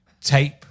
tape